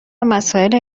مسائل